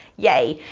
yay.